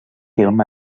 film